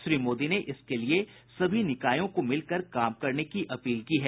श्री मोदी ने इसके लिए सभी निकायों को मिलकर काम करने की अपील की है